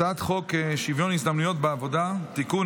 הצעת חוק שוויון הזדמנויות בעבודה (תיקון,